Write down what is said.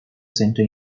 center